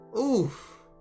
Oof